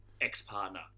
ex-partner